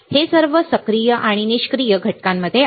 हे सर्व सक्रिय आणि निष्क्रिय घटकांमध्ये आहे